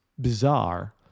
bizarre